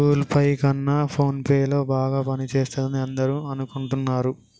Google Pay కన్నా PhonePe ల బాగా పనిచేస్తుందని అందరూ అనుకుంటున్నారు